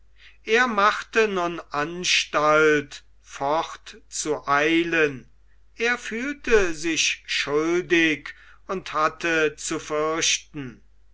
er machte nun anstalt fortzueilen er fühlte sich schuldig und hatte zu fürchten